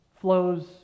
flows